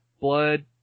blood